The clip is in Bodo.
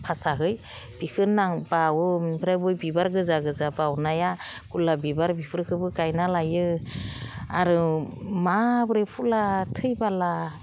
भासाहै बिखौ नांबावो बेनिफ्राय बै बिबार गोाजा गोजा बाउनाया गलाप बिबार बिफोरखौबो गायना लायो आरो माबोरै फुलआ थैबोला